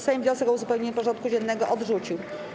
Sejm wniosek o uzupełnienie porządku dziennego odrzucił.